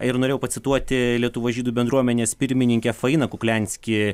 ir norėjau pacituoti lietuvos žydų bendruomenės pirmininkę fainą kukliansky